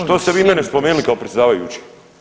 Što ste vi mene spomenuli kao predsjedavajući?